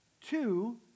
two